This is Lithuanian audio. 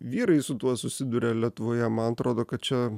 vyrai su tuo susiduria lietuvoje man atrodo kad čia